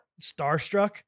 starstruck